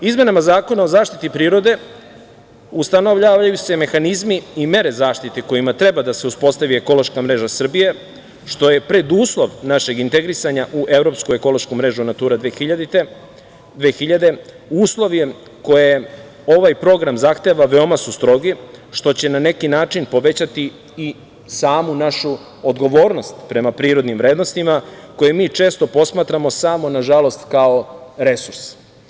Izmenama Zakona o zaštiti prirode, ustanovljavaju se mehanizmi i mere zaštite kojima treba da se uspostavi ekološka mreža Srbije, što je preduslov našeg integrisanja u evropsku ekološku mrežu „Natura 2000“, uslove koje ovaj program zahteva veoma su strogi što će na neki način povećati i samu našu odgovornost prema prirodnim vrednostima, koje mi često posmatramo samo nažalost, kao resurs.